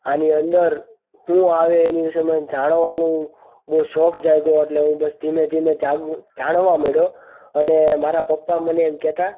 આની અંદર હું આવે એની વિષે મન જાણવાનું બહુ શોખ જાગ્યો એટલે હું બસ ધીમે ધીમે જાગૃત જાણવા મળ્યો અને મારા પપ્પા મને એમ કહેતા